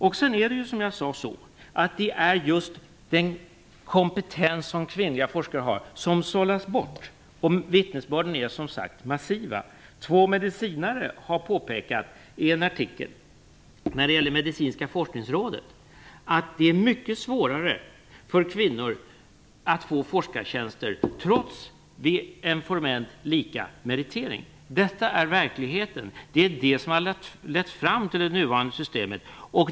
Det är så som jag sade, att den kompetens som kvinnliga forskare har sållas bort. Vittnesbörden är massiv. Två medicinare har påpekat i en artikel när det gäller Medicinska forskningsrådet att det är mycket svårare för kvinnor att få forskartjänster trots en formellt lika meritering. Detta är verkligheten. Det är det som har lett fram till det nuvarande systemet.